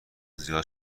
زیاد